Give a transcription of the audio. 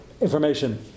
information